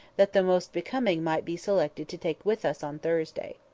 that the most becoming might be selected to take with us on thursday.